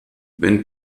wenn